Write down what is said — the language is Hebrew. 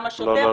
גם השוטר,